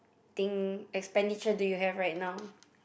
thing expenditure do you have right now